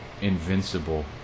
invincible